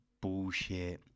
bullshit